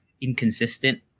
inconsistent